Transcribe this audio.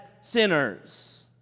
sinners